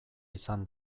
izan